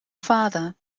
father